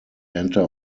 enter